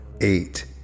eight